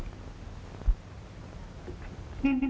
seem to